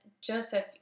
Joseph